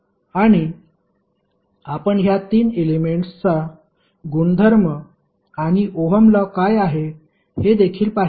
आणि आपण ह्या 3 एलेमेंट्सचा गुणधर्म आणि ओहम लॉ काय आहे हे देखील पाहिले